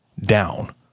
down